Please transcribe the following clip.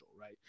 right